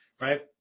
right